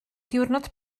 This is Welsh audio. diwrnod